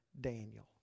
Daniel